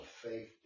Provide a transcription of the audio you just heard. faith